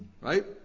Right